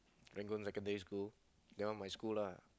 Rangoon secondary school that one my school lah